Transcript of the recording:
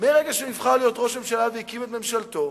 מרגע שהוא נבחר להיות ראש ממשלה והקים את ממשלתו,